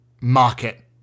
market